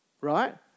right